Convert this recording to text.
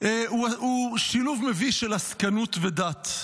הוא שילוב מביש של עסקנות ודת.